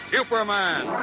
Superman